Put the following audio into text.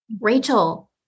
Rachel